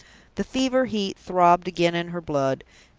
the fever-heat throbbed again in her blood,